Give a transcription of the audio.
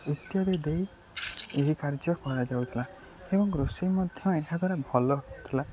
ଇତ୍ୟାଦି ଦେଇ ଏହି କାର୍ଯ୍ୟ କରାଯାଉଥିଲା ଏବଂ ରୋଷେଇ ମଧ୍ୟ ଏହା ଦ୍ଵାରା ଭଲ ହେଉଥିଲା